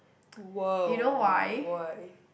!wow! why